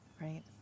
Right